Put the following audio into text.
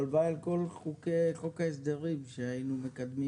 הלוואי על כל חוקי ההסדרים שהיינו מקדמים